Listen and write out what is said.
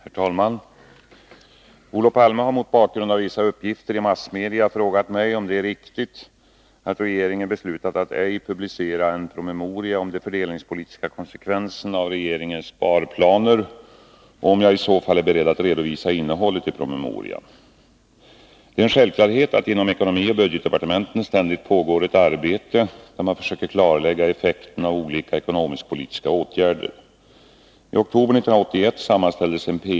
Herr talman! Olof Palme har mot bakgrund av vissa uppgifter i massmedia frågat mig om det är riktigt att regeringen beslutat att ej publicera en promemoria om de fördelningspolitiska konsekvenserna av regeringens sparplaner, och om jag i så fall är beredd att redovisa innehållet i promemorian. Det är en självklarhet att det inom ekonomioch budgetdepartementen ständigt pågår ett arbete där man försöker klarlägga effekten av olika ekonomisk-politiska åtgärder.